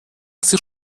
sich